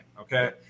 Okay